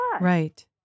Right